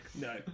No